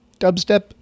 dubstep